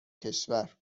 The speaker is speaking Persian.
کشور